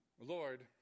Lord